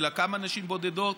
כמה נשים בודדות,